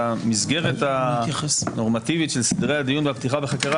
שהמסגרת הנורמטיבית של סדרי הדיון והפתיחה בחקירה